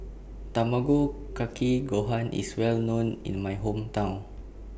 Tamago Kake Gohan IS Well known in My Hometown